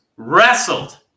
wrestled